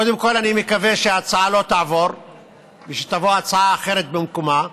קודם כול אני מקווה שההצעה לא תעבור ושתבוא הצעה אחרת במקומה,